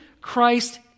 Christ